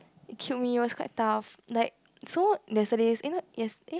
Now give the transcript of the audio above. it killed me it was quite tough like so yesterday's eh